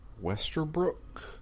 Westerbrook